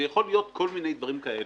זה יכול להיות כל מיני דברים כאלה.